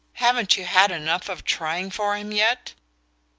haven't you had enough of trying for him yet?